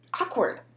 awkward